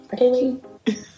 Okay